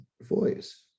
voice